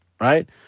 right